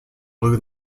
blew